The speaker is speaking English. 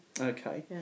Okay